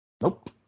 Nope